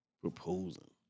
proposing